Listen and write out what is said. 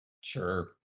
Sure